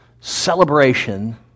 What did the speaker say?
celebration